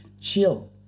chill